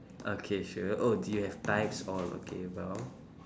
okay sure oh you have types all okay !wow!